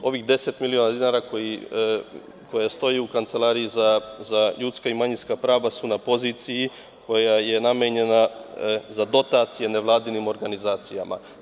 Ovih 10 miliona dinara koje stoje u Kancelariji za ljudska i manjinska prava, su na poziciji koja je namenjena za dotacije Nevladinim organizacijama.